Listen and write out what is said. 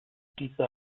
dieser